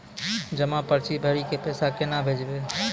जमा पर्ची भरी के पैसा केना भेजबे?